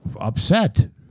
upset